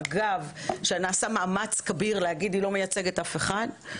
שאגב נעשה מאמץ כביר להגיד: היא לא מייצגת אף אחד.